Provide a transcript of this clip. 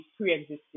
pre-existing